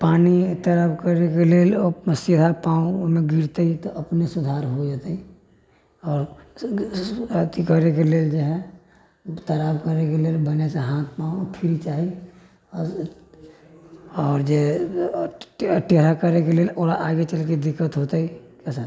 पानि एहि तरफ करै के लेल ओ सीधा पाँव मे गिरतै तऽ अपने सुधार हो जेतै आओर अथी करै के लेल जे है तैराक करै के लेल हमेशा हाथ पाँव फ्री चाही आ आओर जे टेढा करै के लेल ओकरा आगे चलके दिक्कत होतै